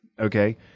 okay